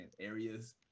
areas